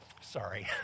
Sorry